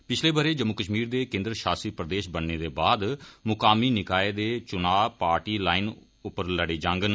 पिछले बरै जम्मू कश्मीर दे केन्द्र शासत प्रदेश बनने दे बाद मुकामी निकायें दे चुना पार्टी लाईन उप्पर लड़े जाड़न